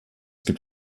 gibt